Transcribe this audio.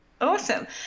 Awesome